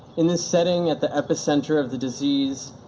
in this setting at the epicenter of the disease,